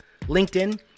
LinkedIn